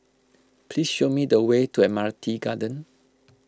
please show me the way to Admiralty Garden